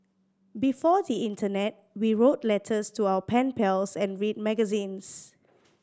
before the internet we wrote letters to our pen pals and read magazines